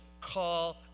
call